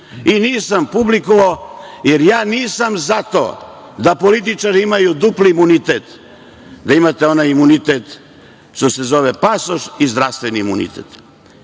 I nisam publikovao, jer ja nisam za to da političari imaju dupli imunitet, da imate onaj imunitet koji se zove pasoš i zdravstveni imunitet. Mogu